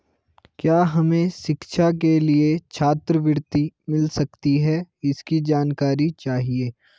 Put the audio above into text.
क्या हमें शिक्षा के लिए छात्रवृत्ति मिल सकती है इसकी जानकारी चाहिए?